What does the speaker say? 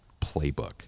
playbook